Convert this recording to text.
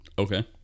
Okay